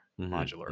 modular